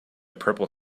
purple